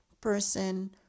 person